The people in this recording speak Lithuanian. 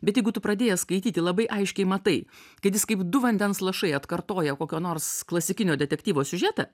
bet jeigu tu pradėjęs skaityti labai aiškiai matai kad jis kaip du vandens lašai atkartoja kokio nors klasikinio detektyvo siužetą